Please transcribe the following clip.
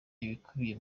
ibikubiye